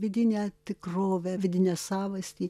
vidinę tikrovę vidinę savastį